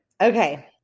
Okay